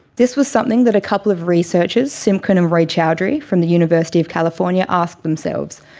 this was something that a couple of researchers, simkin and roychowdhury, from the university of california, asked themselves.